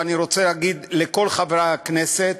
ואני רוצה להגיד לכל חברי הכנסת,